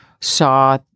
saw